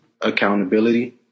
accountability